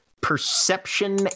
perception